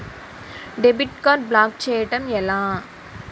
Debit card block చేయటం ఎలా?